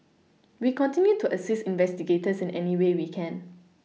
we continue to assist investigators in any way we can